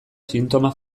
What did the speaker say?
sintoma